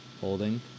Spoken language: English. Holding